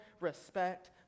respect